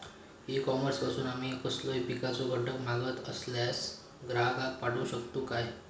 E commerce पासून आमी कसलोय पिकाचो घटक मागत असलेल्या ग्राहकाक पाठउक शकतू काय?